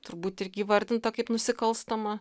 turbūt irgi įvardinta kaip nusikalstama